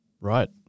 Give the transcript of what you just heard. Right